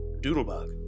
Doodlebug